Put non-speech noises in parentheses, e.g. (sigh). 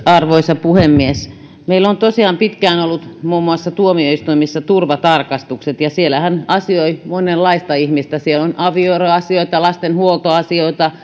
(unintelligible) arvoisa puhemies meillä on tosiaan pitkään ollut muun muassa tuomioistuimissa turvatarkastukset ja siellähän asioi monenlaista ihmistä siellä on avioeroasioita lasten huoltoasioita (unintelligible)